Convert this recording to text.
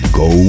go